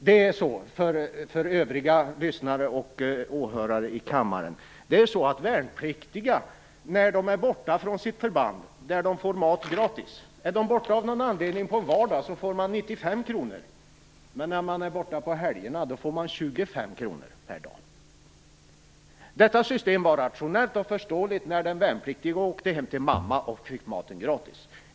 Det är så, för övriga åhörares i kammaren upplysning, att värnpliktiga får mat gratis på sitt förband. Är man borta av någon anledning på en vardag får man 95 kr per dag i matersättning, men är man borta på en helg får man 25 kr per dag. Detta system var rationellt och förståeligt när den värnpliktige åkte hem till mamma och fick maten gratis.